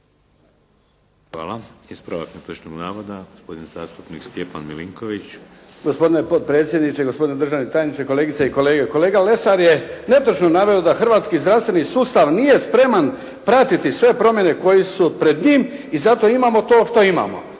Hvala. Ispravak netočnog navoda gospodin zastupnik Stjepan Milinković. **Milinković, Stjepan (HDZ)** Gospodine potpredsjedniče, gospodine državni tajniče, kolegice i kolege. Kolega Lesar je netočno naveo da hrvatski zdravstveni sustav nije spreman pratiti sve promjene koje su pred njim i zato imamo to što imamo.